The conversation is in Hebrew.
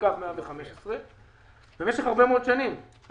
לקו 115. במשך הרבה מאוד שנים הרשות